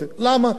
סיפור אחר.